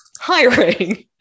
hiring